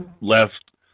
left